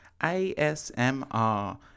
ASMR